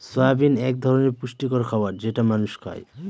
soybean এক ধরনের পুষ্টিকর খাবার যেটা মানুষ খায়